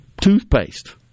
toothpaste